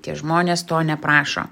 tie žmonės to neprašo